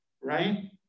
right